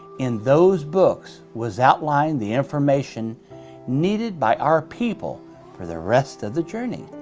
in those books was outlined the information needed by our people for the rest of the journey.